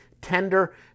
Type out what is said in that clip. tender